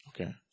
Okay